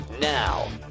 Now